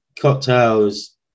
Cocktails